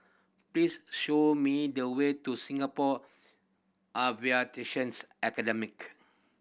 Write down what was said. please show me the way to Singapore Aviations Academy